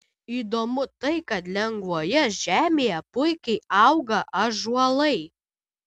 įdomu tai kad lengvoje žemėje puikiai auga ąžuolai